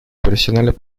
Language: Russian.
профессиональной